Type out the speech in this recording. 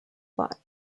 plot